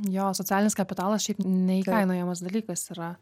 jo socialinis kapitalas šiaip neįkainojamas dalykas yra